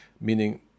Meaning